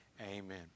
Amen